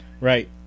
Right